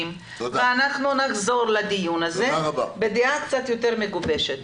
ונחזור לדיון בדעה קצת יותר מגובשת.